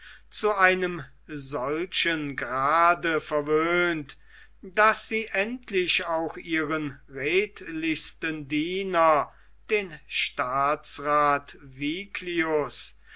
zu einem solchen grade verwöhnt daß sie endlich auch ihren redlichsten diener den staatsrath